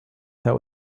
that